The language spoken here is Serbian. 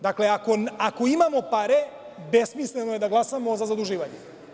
Dakle, ako imamo pare, besmisleno je da glasamo za zaduživanje.